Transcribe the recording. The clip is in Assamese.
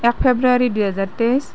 এক ফেব্ৰুৱাৰী দুহেজাৰ তেইছ